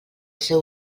seu